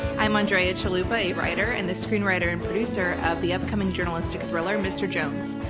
i'm andrea chalupa, a writer and the screenwriter and producer of the upcoming journalistic thriller mr. jones.